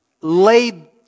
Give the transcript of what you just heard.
laid